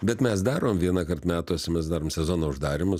bet mes darom vienąkart metuose mes darom sezono uždarymus